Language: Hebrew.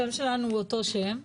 השם שלנו הוא אותו שם,